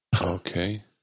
Okay